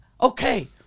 okay